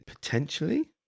Potentially